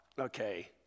okay